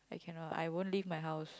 I cannot I won't leave my house